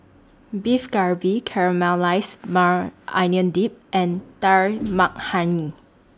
Beef Galbi Caramelized Maui Onion Dip and Dal Makhani